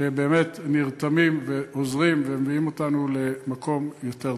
שבאמת נרתמים ועוזרים ומביאים אותנו למקום יותר טוב.